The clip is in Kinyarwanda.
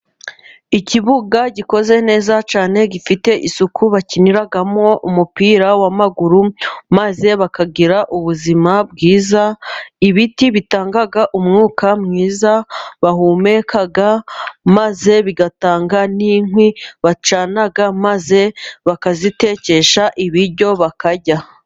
Ikibuga gikoze neza cyane gifite isuku, bakiniramo umupira w'amaguru maze bakagira ubuzima bwiza, ibiti bitanga umwuka mwiza bahumeka, maze bigatanga n'inkwi bacana, maze bakazitekesha ibiryo bakarya.